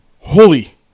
Holy